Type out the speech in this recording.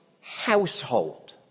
household